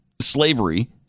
slavery